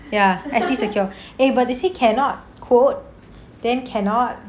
ya S_G secure eh but they say cannot code then cannot